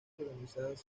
organizadas